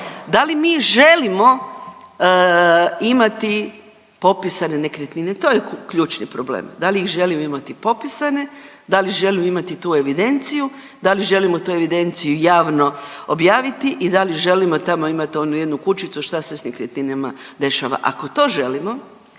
Da li mi želimo imati popisane nekretnine, to je ključni problem, da li ih želimo imati popisane, da li želimo imati tu evidenciju, da li želimo tu evidenciju javno objaviti i da li želimo tamo imat onu jednu kućicu šta se s nekretninama dešava? Ako to želimo